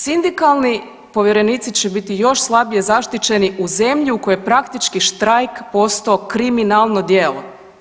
Sindikalni povjerenici će biti još slabije zaštićeni u zemlji u kojoj praktički štrajk postao kriminalno djelo.